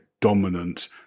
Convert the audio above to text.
dominant